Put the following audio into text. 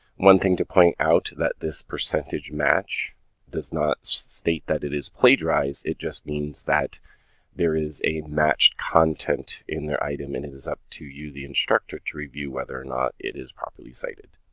one thing to point out that this percentage match does not state that it is plagiarized. it just means that there is a matched content in their item and it is up to you, the instructor, to review whether or not it is properly cited,